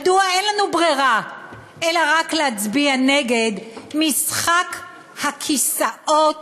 מדוע אין לנו ברירה אלא רק להצביע נגד משחק הכיסאות